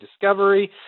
Discovery